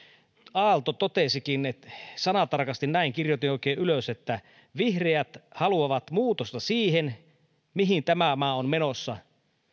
aalto totesikin sanatarkasti näin kirjoitin oikein ylös että vihreät haluavat muutosta siihen mihin tämä maa on menossa